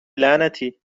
لعنتی